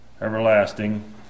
everlasting